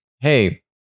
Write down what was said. hey